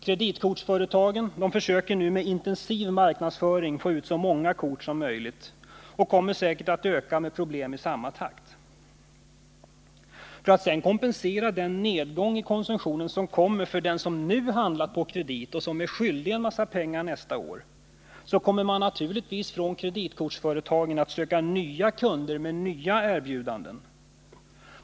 Kreditkortsföretagen försöker nu med intensiv marknadsföring få ut så Effekterna av många kort som möjligt, och problemen kommer säkerligen att öka i samma kontokort takt. För att sedan kompensera den nedgång i konsumtionen som kommer för den som nu handlat på kredit och som är skyldig en massa pengar nästa år kommer man naturligtvis att söka nya kunder med nya erbjudanden.